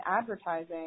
advertising